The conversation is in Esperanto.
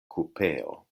kupeo